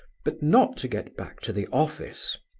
but not to get back to the office.